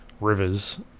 rivers